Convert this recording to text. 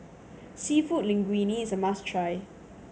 Seafood Linguine is a must try